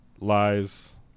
lies